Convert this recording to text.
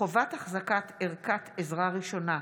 חובת החזקת ערכת עזרה ראשונה),